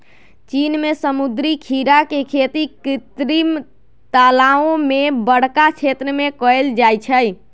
चीन में समुद्री खीरा के खेती कृत्रिम तालाओ में बरका क्षेत्र में कएल जाइ छइ